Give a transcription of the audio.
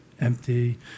empty